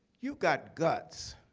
you've got guts.